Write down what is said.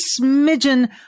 smidgen